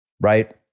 right